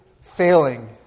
failing